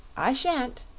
i shan't,